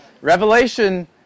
Revelation